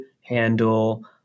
handle